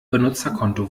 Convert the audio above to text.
benutzerkonto